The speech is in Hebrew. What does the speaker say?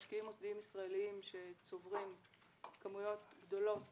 משקיעים מוסדיים ישראליים שצוברים כמויות גדולות